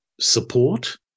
support